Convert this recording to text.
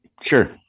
Sure